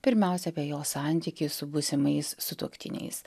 pirmiausia apie jo santykį su būsimais sutuoktiniais